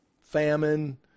famine